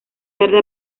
tarde